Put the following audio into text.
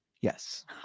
Yes